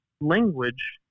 language